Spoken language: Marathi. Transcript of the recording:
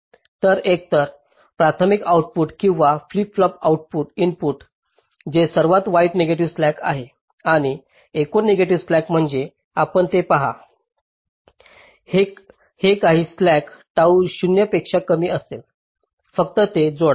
तर एकतर प्राथमिक आउटपुट किंवा फ्लिप फ्लॉपचे इनपुट जे सर्वात वाईट नेगेटिव्ह स्लॅक आहे आणि एकूण नेगेटिव्ह स्लॅक म्हणजे आपण ते पाहता जे काही स्लॅक टाउ 0 पेक्षा कमी असेल फक्त ते जोडा